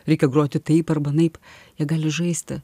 reikia groti taip arba anaip negali žaisti